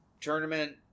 tournament